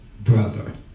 brother